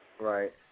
Right